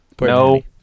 No